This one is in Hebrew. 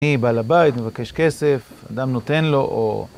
מי בא לבית, מבקש כסף, אדם נותן לו או...